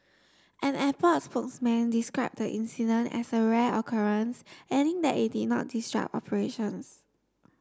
an airport spokesman described incident as a rare occurrence adding that it did not disrupt operations